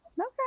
Okay